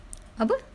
apa